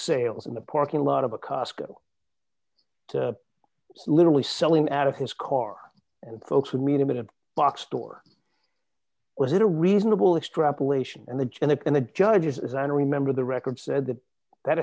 sales in the parking lot of a costco literally selling out of his car and folks who meet him in a box store was it a reasonable extrapolation and the generic and the judge is i don't remember the record said the that